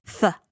th